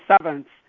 servants